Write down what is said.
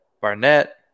Barnett